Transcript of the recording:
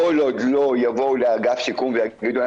כל עוד לא יבואו לאגף שיקום ויגידו להם